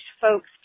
folks